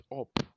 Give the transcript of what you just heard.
up